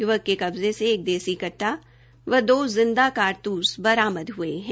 युवक के कब्जे से एक देसी कट्टा व दो जिंदा कारतूस बरामद ह्ये है